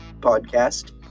podcast